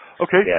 Okay